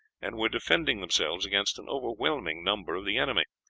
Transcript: and were defending themselves against an overwhelming number of the enemy.